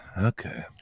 okay